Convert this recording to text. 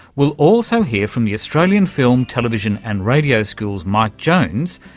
we'll also hear from the australian film, television and radio school's mike jones,